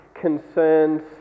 concerns